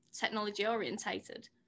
technology-orientated